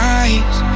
eyes